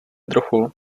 trochu